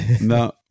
No